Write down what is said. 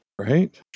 Right